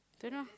don't know